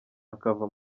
akava